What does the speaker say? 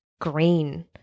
green